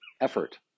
effort